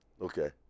okay